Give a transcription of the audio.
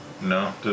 No